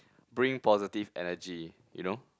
bring positive energy you know